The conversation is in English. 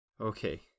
Okay